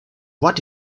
what